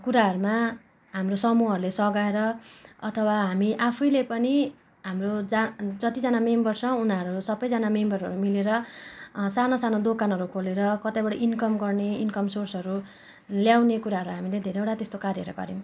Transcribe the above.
कुराहरूमा हाम्रो समुहहरूले सघाएर अथवा हामी आफैले पनि हाम्रो जान जतिजना मेम्बर छ उनीहरू सबैजना मेम्बरहरू मिलेर सानो सानो दोकानहरू खोलेर कतैबाट इन्कम गर्ने इन्कम सोर्सहरू ल्याउने कुराहरू हामीले धेरैवटा त्यस्तो कार्यहरू गऱ्यौँ